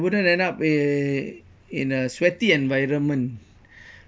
wouldn't end up eh in a sweaty environment